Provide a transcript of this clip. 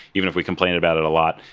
even if we complain about it a lot.